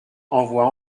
envoie